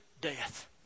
death